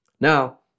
Now